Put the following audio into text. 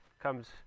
comes